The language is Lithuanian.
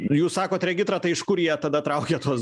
jūs sakot regitra tai iš kur jie tada traukia tuos